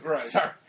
Sorry